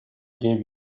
gave